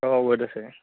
অঁ ৱেইট আছে